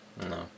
No